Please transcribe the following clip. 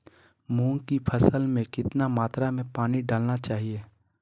मूंग की फसल में कितना मात्रा में पानी डालना चाहिए?